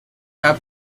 have